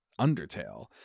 Undertale